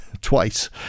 twice